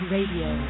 Radio